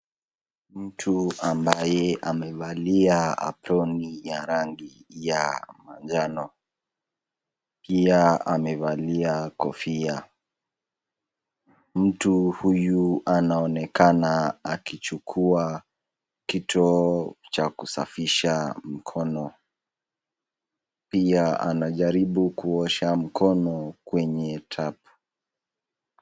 Mtu ambaye amevalia aproni ya rangi ya manjano. Pia amevalia kofia. Mtu huyu anaonekana akichukua kitu cha kusafisha mkono, pia anajaribu kuosha mkono kwenye tap .